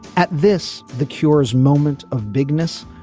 at this. the cure's moment of bigness.